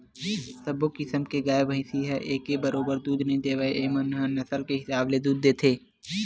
सब्बो किसम के गाय, भइसी ह एके बरोबर दूद नइ देवय एमन ह नसल के हिसाब ले दूद देथे